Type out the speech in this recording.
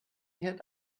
herd